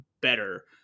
better